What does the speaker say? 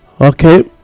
Okay